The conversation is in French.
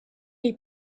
les